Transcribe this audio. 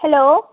hello